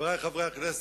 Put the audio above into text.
חברי חברי הכנסת,